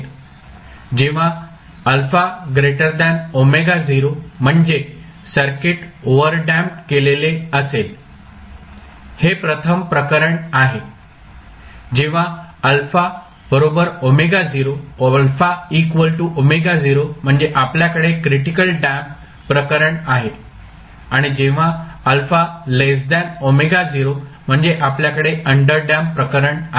जेव्हा म्हणजे circuit overdamped केलेले असेल हे प्रथम प्रकरण आहे जेव्हा म्हणजे आपल्याकडे क्रिटिकल डॅम्प्ड प्रकरण आहे आणि जेव्हा म्हणजे आपल्याकडे अंडरडॅम्प्ड प्रकरण आहे